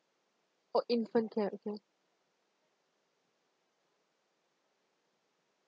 for infant care okay